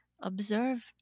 observe